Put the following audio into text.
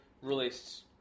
released